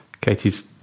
Katie's